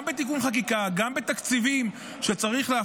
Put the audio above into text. גם בתיקון חקיקה וגם בתקציבים שצריך